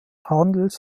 handels